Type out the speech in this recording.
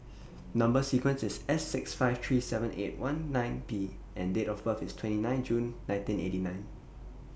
Number sequence IS S six five three seven eight one nine P and Date of birth IS twenty nine June nineteen eighty nine